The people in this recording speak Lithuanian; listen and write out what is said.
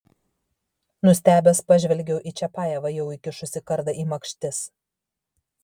nustebęs pažvelgiau į čiapajevą jau įkišusį kardą į makštis